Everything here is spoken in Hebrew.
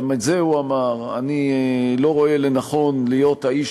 גם את זה הוא אמר: אני לא רואה לנכון להיות האיש